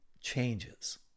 changes